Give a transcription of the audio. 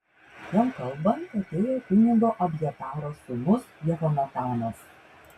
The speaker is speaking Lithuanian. jam kalbant atėjo kunigo abjataro sūnus jehonatanas